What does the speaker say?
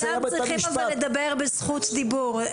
כולם צריכים לדבר בזכות דיבור,